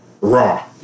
raw